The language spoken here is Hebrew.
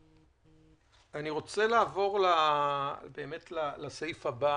אני רוצה לעבור לסעיף הבא,